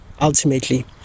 ultimately